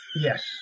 yes